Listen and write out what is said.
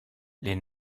les